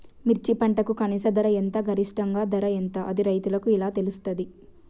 మిర్చి పంటకు కనీస ధర ఎంత గరిష్టంగా ధర ఎంత అది రైతులకు ఎలా తెలుస్తది?